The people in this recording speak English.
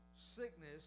sickness